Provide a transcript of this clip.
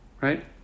Right